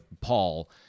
Paul